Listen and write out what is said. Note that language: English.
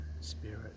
Spirit